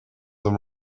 them